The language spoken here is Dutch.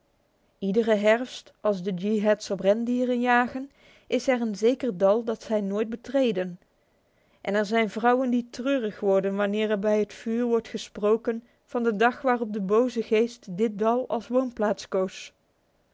iedere herfst als de yeehats op rendieren jagen is er een zeker dal dat zij nooit betreden en er zijn vrouwen die treurig worden wanneer er bij het vuur gesproken wordt van de dag waarop de boze geest dit dal als woonplaats